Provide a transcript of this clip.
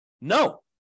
No